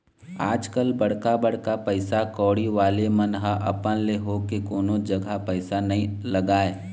आजकल बड़का बड़का पइसा कउड़ी वाले मन ह अपन ले होके कोनो जघा पइसा नइ लगाय